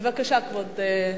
בבקשה, כבוד השר.